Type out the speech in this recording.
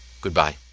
Goodbye